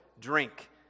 drink